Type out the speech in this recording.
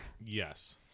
Yes